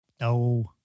No